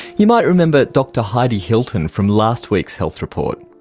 you might remember dr heidi hilton from last week's health report.